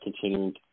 continuing